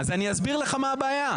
אני אסביר לך מה הבעיה.